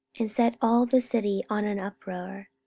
and set all the city on an uproar,